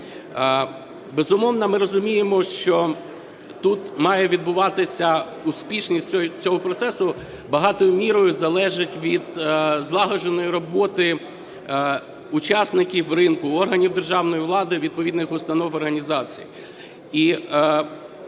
Безумовно, ми розуміємо, що тут має відбуватися успішність цього процесу, багатою мірою залежить від злагодженої роботи учасників ринку, органів державної влади, відповідних установ і організацій.